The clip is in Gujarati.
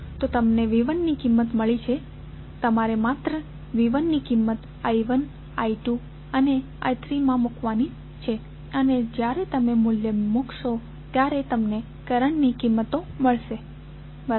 તો તમને V1 ની કિંમત મળી છે તમારે માત્રઃ V1 ની કિંમત I1 I2 અને I3 માં મુકવાની છે અને જ્યારે તમે મૂલ્ય મૂકશો ત્યારે તમને કરંટની કિંમતો મળશે બરાબર